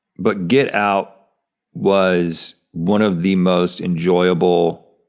but get out was one of the most enjoyable